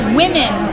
women